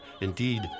indeed